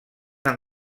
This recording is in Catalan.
han